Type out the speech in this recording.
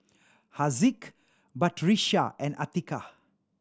Haziq Batrisya and Atiqah